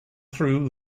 threw